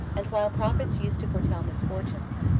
and while prophets used to foretell misfortunes,